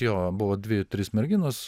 jo buvo dvi trys merginos